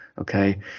okay